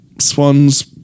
Swans